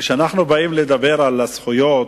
כשאנחנו באים לדבר על הזכויות,